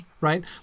right